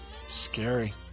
scary